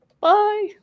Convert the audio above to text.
Bye